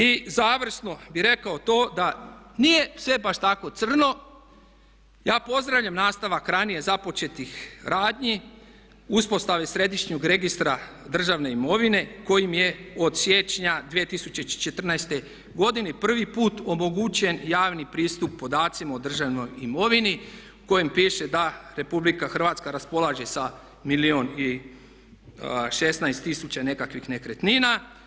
I završno bih rekao to da nije sve baš tako crno, ja pozdravljam nastavak ranije započetih radnji, uspostave Središnjeg registra državne imovine kojim je od siječnja 2014. godine prvi put omogućen javni pristup podacima o državnoj imovini u kojem piše da RH raspolaže sa milijun i 16 tisuća nekakvih nekretnina.